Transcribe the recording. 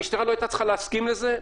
המשטרה לא הייתה צריכה להסכים לזה,